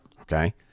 okay